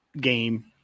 game